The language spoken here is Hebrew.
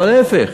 אבל להפך,